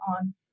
on